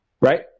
right